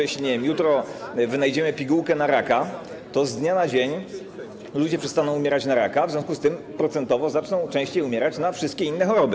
Jeśli jutro wynajdziemy pigułkę na raka, to z dnia na dzień ludzie przestaną umierać na raka, w związku z tym procentowo zaczną częściej umierać na wszystkie inne choroby.